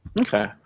okay